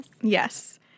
Yes